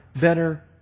better